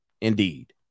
Indeed